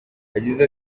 yagize